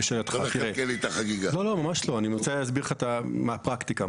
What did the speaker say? אני רוצה להסביר לך מה הפרקטיקה.